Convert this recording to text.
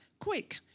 Quick